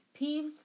Peeves